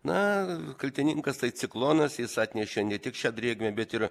na kaltininkas tai ciklonas jis atnešė ne tik šią drėgmę bet ir